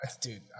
Dude